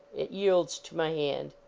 it yields to my hand.